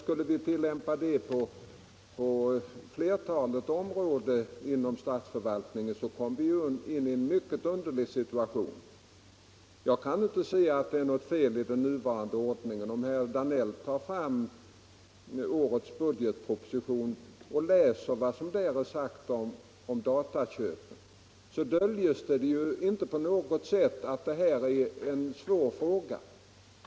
Om vi tillämpade den metoden på flertalet områden inom statsförvaltningen skulle vi hamna i en mycket underlig situation. Jag kan heller inte se att det är något fel på den nuvarande ordningen. Om herr Danell tar fram årets budgetproposition och läser vad som där sagts om datamaskinköpen, så skall han finna att där döljes inte på något sätt att detta är en svår fråga.